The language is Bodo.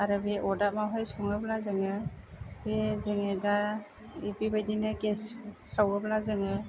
आरो बे अदाबावहाय सङोब्ला जोङो बे जोङो दा बेबायदिनो गेस सावोब्ला जोङो